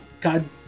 God